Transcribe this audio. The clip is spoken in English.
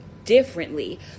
differently